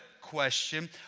question